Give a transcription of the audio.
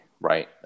Right